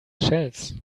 shells